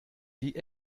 die